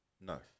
no